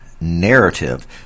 narrative